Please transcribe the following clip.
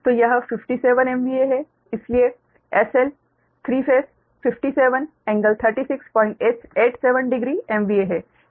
तो यह 57 MVA है इसलिए SL3Φ 57∟36870 MVA है